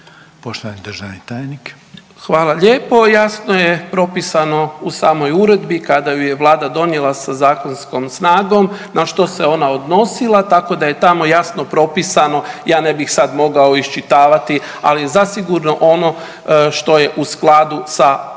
**Rukavina, Sanjin** Hvala lijepo. Jasno je propisano u samoj uredbi kada ju je Vlada donijela sa zakonskom snagom na što se ona odnosila tako da je tamo jasno propisano. Ja ne bih sada iščitavati ali je zasigurno ono što je u skladu sa Ustavom